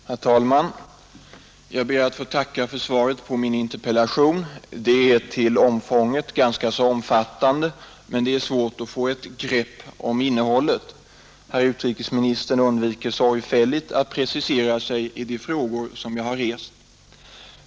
Herr talman! Jag ber att få tacka för svaret på min interpellation. Det är till omfånget ganska så omfattande, men det är svårt att få ett grepp om innehållet. Herr utrikesministern undviker sorgfälligt att precisera sig ide frågor som jag rest.